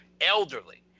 elderly